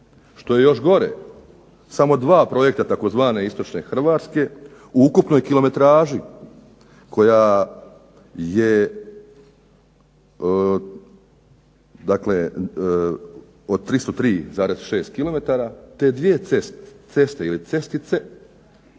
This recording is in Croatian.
Što je još gore samo 2 projekta tzv. Istočne Hrvatske u ukupnoj kilometraži koja je od 303,6 km te dvije ceste ili cestice